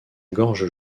gorge